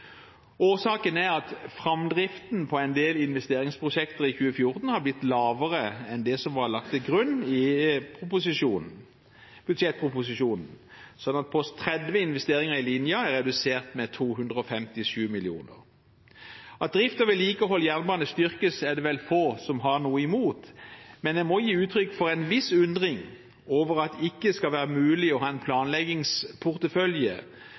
er at framdriften på en del investeringsprosjekter i 2014 har blitt lavere enn det som var lagt til grunn i budsjettproposisjonen, sånn at post 30, Investeringer i linja, er redusert med 257 mill. kr. At drift og vedlikehold av jernbane styrkes, er det vel få som har noe imot, men jeg må gi uttrykk for en viss undring over at det ikke skal være mulig å ha en